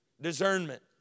discernment